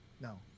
No